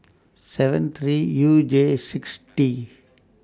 seven three U J six T